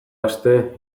aste